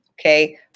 Okay